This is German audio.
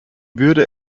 würde